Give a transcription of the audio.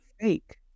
Fake